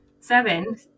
Seven